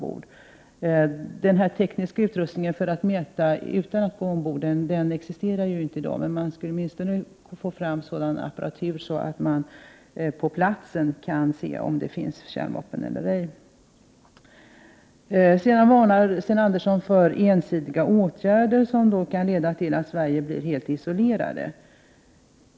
Någon teknisk mätutrustning med vilken man kan konstatera förekomst av kärnvapen utan att man behöver gå ombord existerar ju inte i dag, men det skulle åtminstone vara möjligt att få fram apparatur med vilken vi på platsen kan konstatera huruvida det finns kärnvapen eller ej ombord. Sten Andersson varnade vidare för ensidiga åtgärder som kan leda till att Sverige blir helt isolerat.